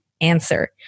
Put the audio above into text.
answer